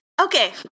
Okay